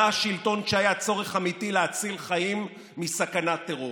השלטון כשהיה צורך אמיתי להציל חיים מסכנת טרור.